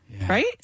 Right